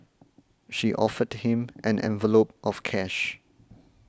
she offered him an envelope of cash